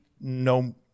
no